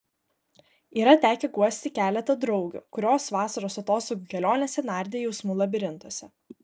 yra tekę guosti keletą draugių kurios vasaros atostogų kelionėse nardė jausmų labirintuose